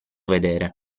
vedere